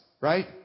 right